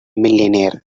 millionaire